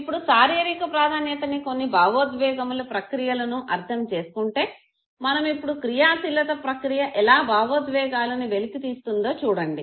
ఇప్పుడు శారీరక ప్రాధాన్యతని కొన్ని భావోద్వేగముల ప్రక్రియలను అర్ధం చేసుకుంటే మనము ఇప్పుడు క్రియాశీలత ప్రక్రియ ఎలా భావోద్వేగాలను వెలికితీస్తుందో చూడండి